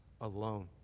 alone